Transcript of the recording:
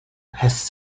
has